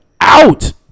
out